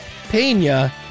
Pena